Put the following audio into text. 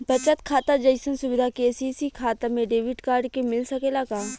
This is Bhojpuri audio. बचत खाता जइसन सुविधा के.सी.सी खाता में डेबिट कार्ड के मिल सकेला का?